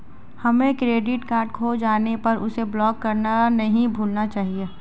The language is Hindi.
हमें क्रेडिट कार्ड खो जाने पर उसे ब्लॉक करना नहीं भूलना चाहिए